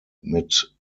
mit